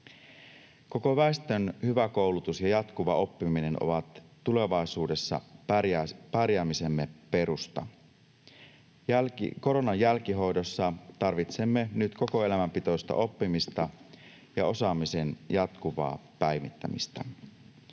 Koko väestön hyvä koulutus ja jatkuva oppiminen ovat tulevaisuudessa pärjäämisemme perusta. Koronan jälkihoidossa tarvitsemme nyt koko elämän pituista oppimista ja osaamisen jatkuvaa päivittämistä.